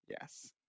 Yes